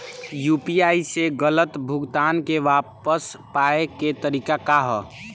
UPI से गलत भुगतान के वापस पाये के तरीका का ह?